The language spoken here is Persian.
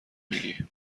میگی